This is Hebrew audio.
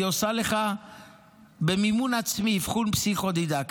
היא עושה לך במימון העצמי אבחון פסיכו-דידקטי.